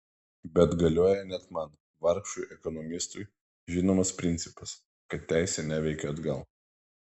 bet galioja net man vargšui ekonomistui žinomas principas kad teisė neveikia atgal